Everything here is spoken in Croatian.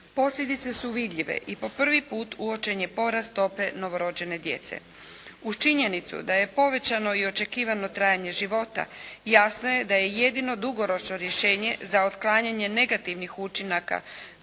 Posljedice su vidljive i po prvi put uočen je porast stope novorođene djece. Uz činjenicu da je povećano i očekivanje trajanje života, jasno je da je jedino dugoročno rješenje za otklanjanje negativnih učinaka